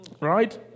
Right